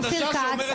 אופיר כץ,